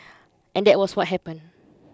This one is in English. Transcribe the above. and that was what happened